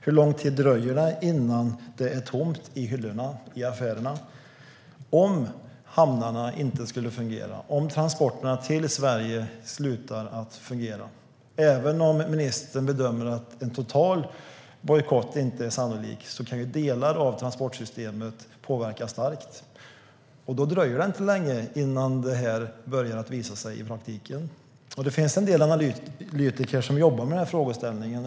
Hur lång tid dröjer det innan det är tomt i hyllorna i affärerna om hamnarna inte skulle fungera och om transporterna till Sverige slutar att fungera? Även om ministern bedömer att en total bojkott inte är sannolik kan delar av transportsystemet påverkas starkt. Då dröjer det inte länge innan detta börjar visa sig i praktiken. Det finns en del analytiker som jobbar med denna frågeställning.